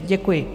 Děkuji.